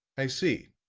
i see.